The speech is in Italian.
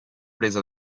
presa